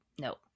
no